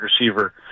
receiver